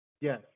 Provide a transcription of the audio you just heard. Yes